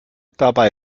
dabei